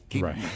Right